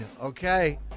Okay